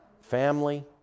Family